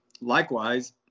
Likewise